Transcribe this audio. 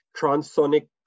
transonic